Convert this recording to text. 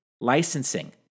Licensing